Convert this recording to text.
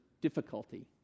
difficulty